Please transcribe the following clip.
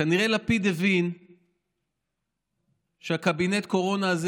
כנראה לפיד הבין שקבינט הקורונה הזה